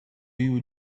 you